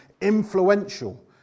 influential